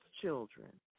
children